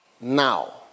now